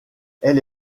elle